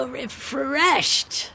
refreshed